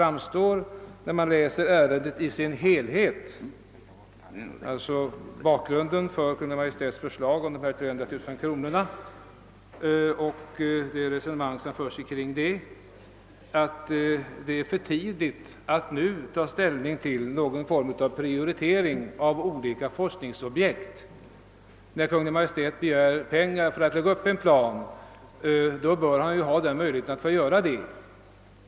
Vid läsningen av bakgrunden till Kungl. Maj:ts förslag om ett anslag på 300 000 kronor och av diskussionen i frågan framgår, att det är för tidigt att nu ta ställning till någon form av prioritering av olika forskningsobjekt. Om Kungl. Maj:t begär pengar för att göra upp en plan bör Kungl. Maj:t också ha möjlighet därtill.